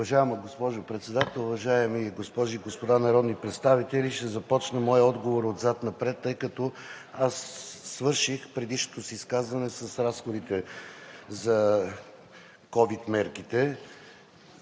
Уважаема госпожо Председател, уважаеми госпожи и господа народни представители! Ще започна моя отговор отзад напред, тъй като аз свърших предишното си изказване с разходите за ковид мерките.